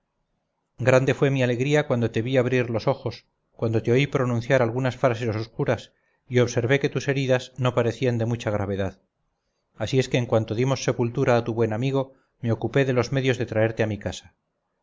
grande fue mi alegría cuando te vi abrir los ojos cuando te oí pronunciar algunas frases oscuras y observé que tus heridas no parecían de mucha gravedad así es que en cuanto dimos sepultura a tu buen amigo me ocupé de los medios de traerte a mi casa